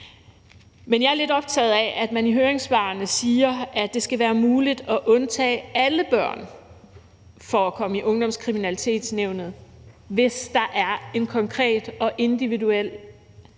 Jeg er lidt optaget af, at man i høringssvarene siger, at det skal være muligt at undtage alle børn for at komme i Ungdomskriminalitetsnævnet, hvis der er en konkret og individuel grund